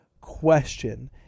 question